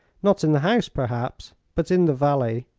not in the house, perhaps, but in the valley.